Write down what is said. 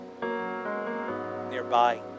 nearby